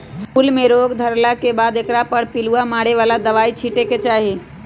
फूल में रोग धरला के बाद एकरा पर पिलुआ मारे बला दवाइ छिटे के चाही